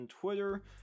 Twitter